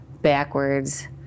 backwards